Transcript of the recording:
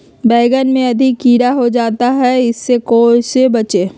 बैंगन में अधिक कीड़ा हो जाता हैं इससे कैसे बचे?